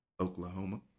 Oklahoma